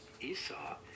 Esau